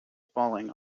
falling